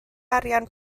arian